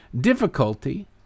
difficulty